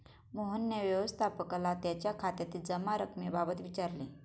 मोहनने व्यवस्थापकाला त्याच्या खात्यातील जमा रक्कमेबाबत विचारले